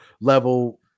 level